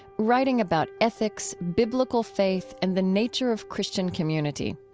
writing about ethics, biblical faith and the nature of christian community.